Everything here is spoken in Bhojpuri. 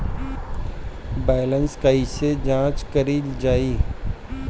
बैलेंस कइसे जांच कइल जाइ?